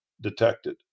detected